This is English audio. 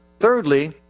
thirdly